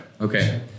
okay